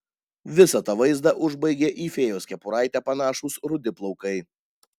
visą tą vaizdą užbaigė į fėjos kepuraitę panašūs rudi plaukai